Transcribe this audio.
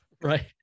Right